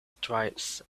stripes